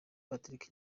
patrick